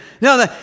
No